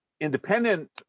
independent